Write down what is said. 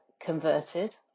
converted